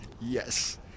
Yes